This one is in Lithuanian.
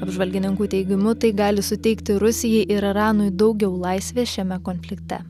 apžvalgininkų teigimu tai gali suteikti rusijai ir iranui daugiau laisvės šiame konflikte